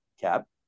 Cap